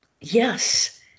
Yes